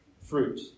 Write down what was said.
fruit